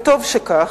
וטוב שכך,